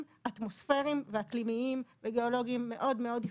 אטמוספריים ואקלימיים וגיאולוגים מאוד ייחודיים.